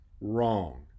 Wrong